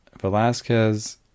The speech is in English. Velasquez